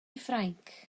ffrainc